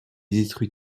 détruit